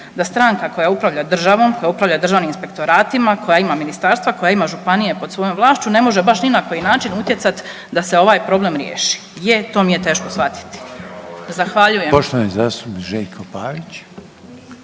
da stranka koja upravlja državom, koja upravlja državnim inspektoratima, koja ima ministarstva, koja ima županije pod svojom vlašću ne može baš ni na koji način utjecat da se ovaj problem riješi. Je to mi je teško shvatiti. Zahvaljujem.